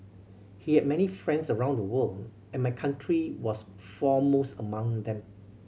he had many friends around the world and my country was foremost among them